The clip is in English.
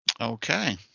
Okay